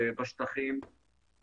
בשטחים,